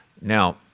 Now